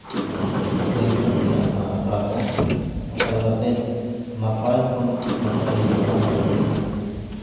ᱦᱩᱭᱩᱜ ᱠᱟᱱ ᱜᱮᱭᱟ ᱚᱱᱟ ᱟᱠᱷᱲᱟ ᱠᱚ ᱚᱠᱟ ᱞᱮᱠᱟᱛᱮ ᱱᱟᱯᱟᱭ ᱠᱷᱚᱱ ᱱᱟᱯᱟᱭ ᱦᱩᱭᱩᱜᱼᱟ ᱚᱱᱟ ᱞᱟᱹᱜᱤᱫ ᱦᱚᱸ